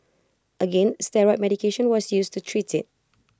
again steroid medication was used to treat IT